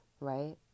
right